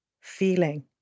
feeling